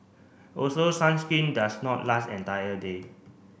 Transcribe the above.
also sunscreen does not last entire day